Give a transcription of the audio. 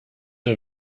are